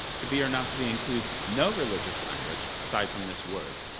to be or not to be includes no religious language aside from this word,